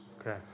Okay